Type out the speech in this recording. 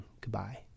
Goodbye